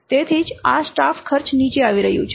તેથી તેથી જ આ સ્ટાફ ખર્ચ નીચે આવી રહ્યું છે